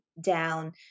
down